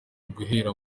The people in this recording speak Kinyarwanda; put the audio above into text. guhera